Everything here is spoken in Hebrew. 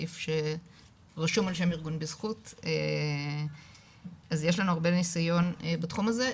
סעיף שרשום על שם ארגון בזכות אז יש לנו הרבה ניסיון בתחום הזה,